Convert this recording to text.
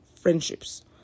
friendships